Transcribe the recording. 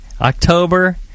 October